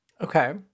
okay